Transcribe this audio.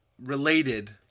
related